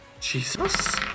Jesus